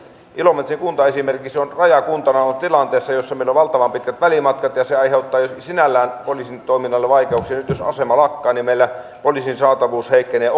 ilomantsin kunta esimerkiksi on rajakuntana ollut tilanteessa jossa meillä on valtavan pitkät välimatkat ja ja se aiheuttaa jo sinällään poliisin toiminnalle vaikeuksia nyt jos asema lakkaa niin meillä poliisin saatavuus heikkenee